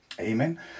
Amen